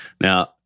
Now